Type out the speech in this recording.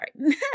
sorry